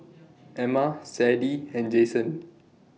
Emma Sadie and Jason